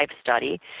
study